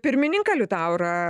pirmininką liutaurą